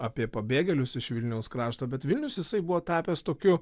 apie pabėgėlius iš vilniaus krašto bet vilnius jisai buvo tapęs tokiu